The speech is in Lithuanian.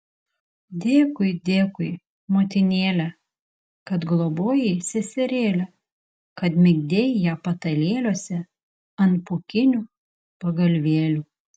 dėkui dėkui motinėle kad globojai seserėlę kad migdei ją patalėliuose ant pūkinių pagalvėlių